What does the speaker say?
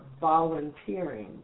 volunteering